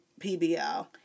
PBL